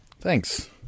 Thanks